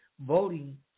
voting